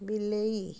ବିଲେଇ